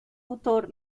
autor